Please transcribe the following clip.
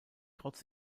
trotz